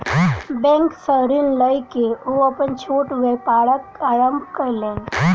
bank सॅ ऋण लय के ओ अपन छोट व्यापारक आरम्भ कयलैन